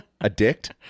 Addict